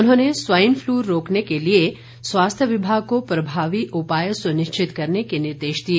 उन्होंने swine flu रोकने के लिए स्वास्थ्य विभाग को प्रभावी उपाय सुनिश्चित करने के निर्देश दिए